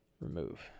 remove